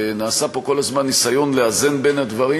ונעשה פה כל הזמן ניסיון לאזן בין הדברים,